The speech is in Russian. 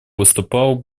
выступал